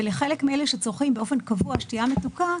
ולחלק מאלה שצורכים באופן קבוע שתייה מתוקה,